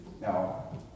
Now